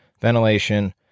ventilation